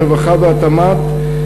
הרווחה והתמ"ת,